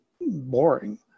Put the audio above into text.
boring